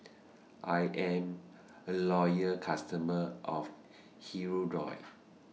I'm A Loyal customer of Hirudoid